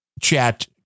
chat